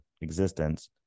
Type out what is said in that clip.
existence